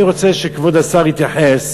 אני רוצה שכבוד השר יתייחס